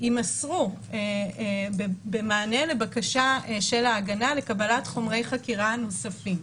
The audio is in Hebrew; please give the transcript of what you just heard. ימסרו במענה לבקשה של ההגנה לקבלת חומרי חקירה נוספים.